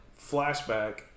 flashback